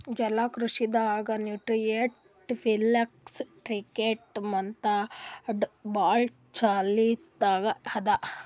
ಜಲಕೃಷಿ ದಾಗ್ nutrient film technique method ಭಾಳ್ ಚಾಲ್ತಿದಾಗ್ ಅದಾ